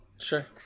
Sure